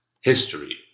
history